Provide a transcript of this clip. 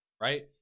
Right